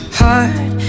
heart